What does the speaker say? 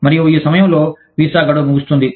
మరియు ఈ సమయంలో వీసా గడువు ముగుస్తుంది